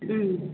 ம்